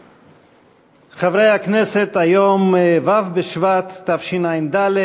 חברי הכנסת, היום ו' בשבט תשע"ד,